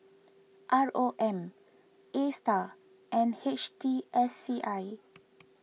R O M A Star and H T S C I